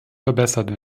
verbessert